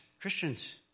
Christians